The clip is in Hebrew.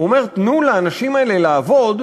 הוא אומר: תנו לאנשים האלה לעבוד.